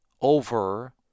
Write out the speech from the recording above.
over